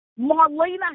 Marlena